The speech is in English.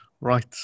Right